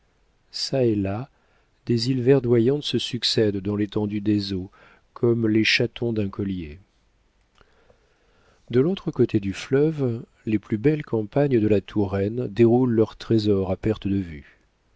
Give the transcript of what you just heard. çà et là des îles verdoyantes se succèdent dans l'étendue des eaux comme les chatons d'un collier de l'autre côté du fleuve les plus belles campagnes de la touraine déroulent leurs trésors à perte de vue